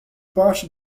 parte